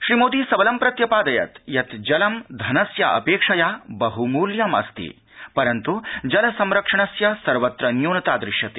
श्री मोदी सबलं प्रत्यपादयत् यत् जलं धनस्य अपेक्षया बहुमूल्यम् अस्ति परन्तु जलसंरक्षणस्य सर्वत्र न्यूनता दृश्यते